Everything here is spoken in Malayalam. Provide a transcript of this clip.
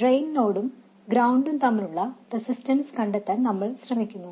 ഡ്രെയിൻ നോഡും ഗ്രൌണ്ടും തമ്മിലുള്ള റേസിസ്റ്റൻസ് കണ്ടെത്താൻ നമ്മൾ ശ്രമിക്കുന്നു